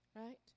Right